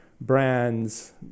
brands